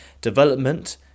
development